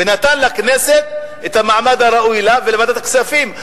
ונתן לכנסת את המעמד הראוי לה, ולוועדת הכספים.